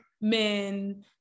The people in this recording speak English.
men